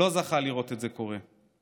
לא זכה לראות את זה קורה.